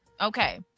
okay